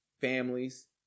families